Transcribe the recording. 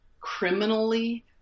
criminally